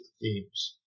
themes